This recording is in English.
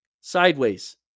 sideways